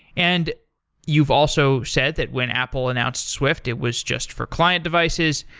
and you've also said that when apple announces swift, it was just for client devices.